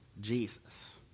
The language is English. Jesus